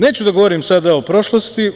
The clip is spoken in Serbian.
Neću da govorim sada o prošlosti.